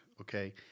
okay